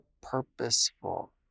purposeful